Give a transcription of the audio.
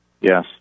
Yes